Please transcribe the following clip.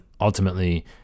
ultimately